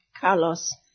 Carlos